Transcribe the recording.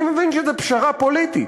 אני מבין שזו פשרה פוליטית,